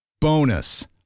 Bonus